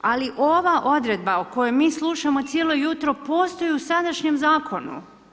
Ali ova odredba o kojoj mi slušamo cijelo jutro postoji u sadašnjem zakonu.